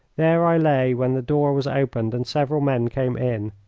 there i lay when the door was opened and several men came in.